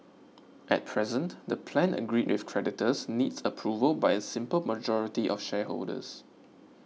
at present the plan agreed with creditors needs approval by a simple majority of shareholders